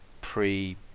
pre